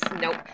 nope